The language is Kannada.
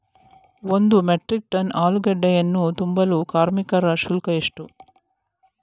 ಒಂದು ಮೆಟ್ರಿಕ್ ಟನ್ ಆಲೂಗೆಡ್ಡೆಯನ್ನು ತುಂಬಲು ಕಾರ್ಮಿಕರ ಶುಲ್ಕ ಎಷ್ಟು?